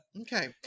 Okay